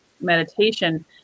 meditation